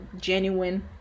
genuine